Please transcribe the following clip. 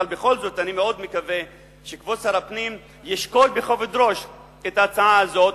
בכל זאת אני מאוד מקווה שכבוד שר הפנים ישקול בכובד ראש את ההצעה הזאת,